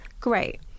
Great